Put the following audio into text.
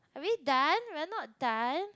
are we done we're not done